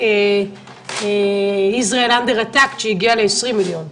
לעומת Israel under attack שהגיע ל-20 מיליון צפיות,